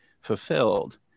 fulfilled